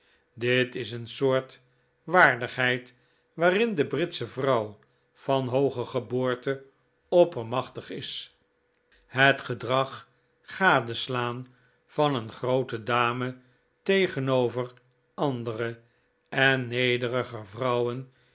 dit is een soort waardigheid waarin de britsche vrouw van hooge geboorte oppermachtig is het gedrag gadeslaan van een groote dame tegenover andere en nederiger vrouwen